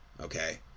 Okay